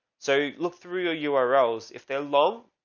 so look through your your urls. if they're low,